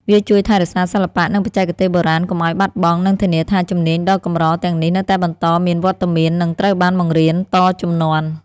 វាជួយថែរក្សាសិល្បៈ និងបច្ចេកទេសបុរាណកុំឲ្យបាត់បង់ និងធានាថា ជំនាញដ៏កម្រ ទាំងនេះនៅតែបន្តមានវត្តមាន និងត្រូវបានបង្រៀនតជំនាន់។